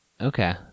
Okay